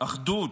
אחדות.